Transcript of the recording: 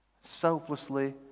selflessly